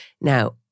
Now